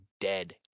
dead